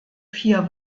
vier